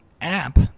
app